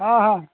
ହଁ ହଁ